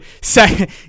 second